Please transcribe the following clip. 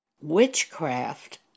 Witchcraft